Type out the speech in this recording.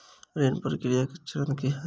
ऋण प्रक्रिया केँ चरण की है?